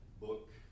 book